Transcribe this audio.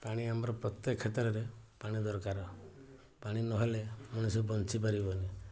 ପାଣି ଆମର ପ୍ରତ୍ୟେକ କ୍ଷେତ୍ରରେ ପାଣି ଦରକାର ପାଣି ନହେଲେ ମଣିଷ ବଞ୍ଚି ପାରିବନି